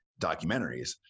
documentaries